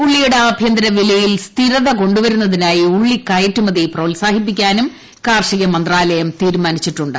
ഉള്ളിയുടെ ആഭ്യന്തര വിലയിൽ സ്ഥിരത കൊണ്ടുവരുന്നതിനായി ഉള്ളി കയറ്റുമതി പ്രോത്സാഹിപ്പിക്കാനും കാർഷിക മന്ത്രാലയം തീരുമാനിച്ചിട്ടുണ്ട്